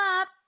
up